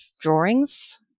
drawings